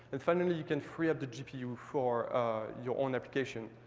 and, finally, you can free up the gpu for your own application.